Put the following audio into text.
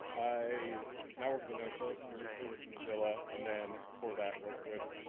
i now work at the nodesource. previously worked at mozilla, and then before that, worked with